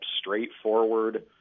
straightforward